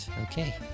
Okay